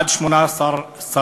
עד 18 שרים,